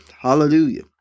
Hallelujah